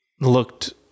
looked